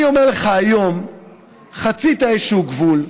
אני אומר לך, היום חצית איזשהו גבול.